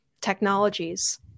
technologies